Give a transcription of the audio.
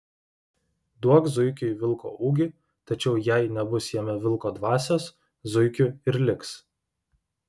duok zuikiui vilko ūgį tačiau jai nebus jame vilko dvasios zuikiu ir liks